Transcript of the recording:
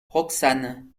roxane